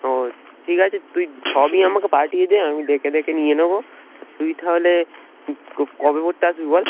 ও ঠিক আছে তুই সবই আমাকে পাঠিয়ে দে আমি দেখে দেখে নিয়ে নেব আর তুই তাহলে কবে পড়তে আসবি বল